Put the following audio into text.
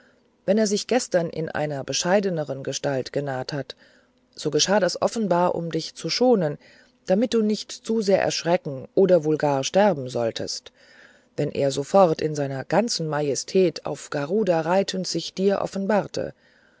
wenn er sich gestern in einer bescheidneren gestalt genaht hat so geschah das offenbar um dich zu schonen damit du nicht zu sehr erschrecken oder wohl gar sterben solltest wenn er sofort in seiner ganzen majestät auf garuda reitend sich dir offenbarte